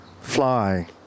fly